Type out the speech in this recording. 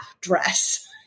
dress